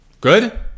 Good